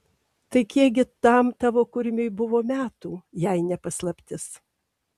tai kiek gi tam tavo kurmiui buvo metų jei ne paslaptis